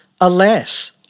Alas